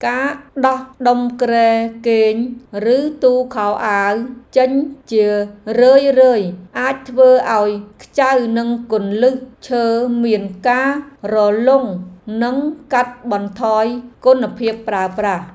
ការដោះដុំគ្រែគេងឬទូខោអាវចេញជារឿយៗអាចធ្វើឱ្យខ្ចៅនិងគន្លឹះឈើមានការរលុងនិងកាត់បន្ថយគុណភាពប្រើប្រាស់។